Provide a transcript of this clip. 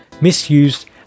misused